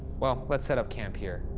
well, let's set up camp here.